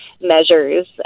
measures